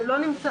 זה לא מוסדר.